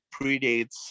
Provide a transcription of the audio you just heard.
predates